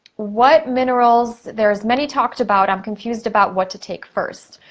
what minerals, there's many talked about. i'm confused about what to take first.